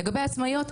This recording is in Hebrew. ולגבי עצמאיות,